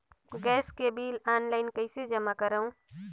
Gas के bill online कइसे जमा करव?